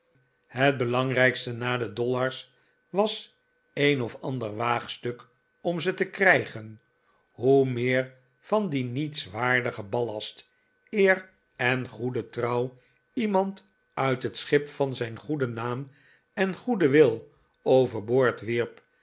het belangrijkste na de dollars was een of ander waagstuk om ze te krijgen hoe meer van dien nietswaardigen ballast eer en goede trouw iemand uit het schip van zijn goeden'naam en goeden wil over boord wierp